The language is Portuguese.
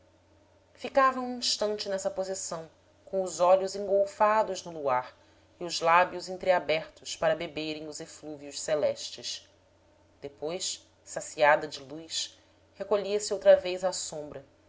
um instante nessa posição com os olhos engolfados no luar e os lábios entreabertos para beberem os eflúvios celestes depois saciada de luz recolhia-se outra vez à sombra